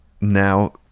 now